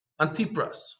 Antipras